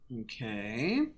Okay